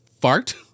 fart